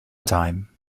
time